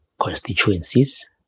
constituencies